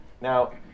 Now